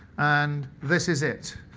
and this is it.